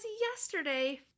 yesterday